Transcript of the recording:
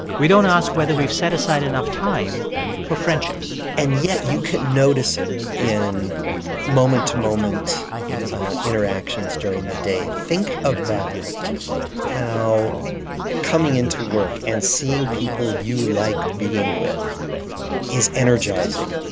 we don't ask whether we've set aside enough time for friendships and yet, you could notice it in moment-to-moment interactions during the day. think about how coming into work and seeing people you like being with is energizing.